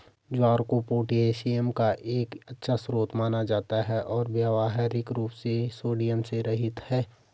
ज्वार को पोटेशियम का एक अच्छा स्रोत माना जाता है और व्यावहारिक रूप से सोडियम से रहित है